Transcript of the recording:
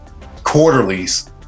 quarterlies